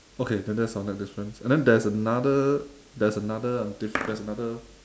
okay then that's our next difference and then there's another there's another uh diff~ there's another